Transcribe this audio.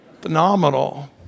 Phenomenal